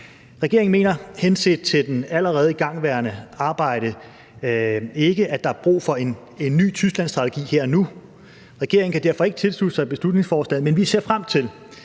Regeringen mener henset til det allerede igangværende arbejde ikke, at der er brug for en ny Tysklandsstrategi her og nu. Regeringen kan derfor ikke tilslutte sig beslutningsforslaget, men vi ser frem til